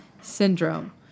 syndrome